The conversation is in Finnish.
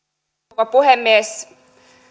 rouva puhemies